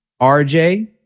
RJ